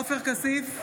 עופר כסיף,